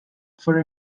for